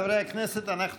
מאת חבר הכנסת שלמה קרעי,